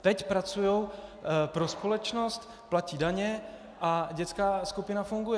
Teď pracují pro společnost, platí daně a dětská skupina funguje.